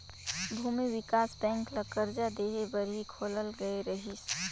भूमि बिकास बेंक ल करजा देहे बर ही खोलल गये रहीस